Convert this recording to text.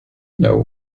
know